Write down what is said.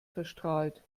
verstrahlt